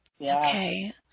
Okay